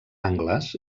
angles